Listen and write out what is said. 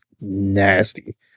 nasty